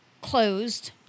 closed